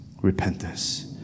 repentance